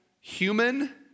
human